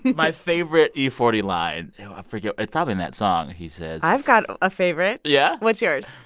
my favorite e forty line i forget it's probably in that song. he says. i've got a favorite yeah? what's yours?